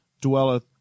dwelleth